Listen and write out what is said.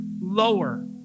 lower